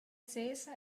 sesa